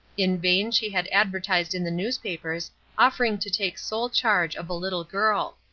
in vain she had advertised in the newspapers offering to take sole charge of a little girl.